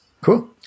Cool